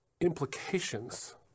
implications